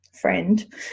friend